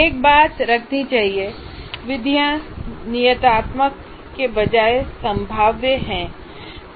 एक बात याद रखनी चाहिए विधियाँ नियतात्मक के बजाय संभाव्य हैं